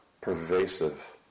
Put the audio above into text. pervasive